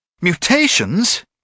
Mutations